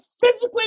physically